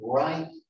right